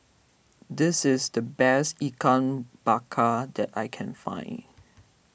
this is the best Ikan Bakar that I can find